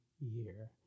year